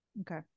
Okay